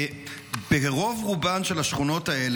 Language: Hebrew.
ברוב השכונות האלה,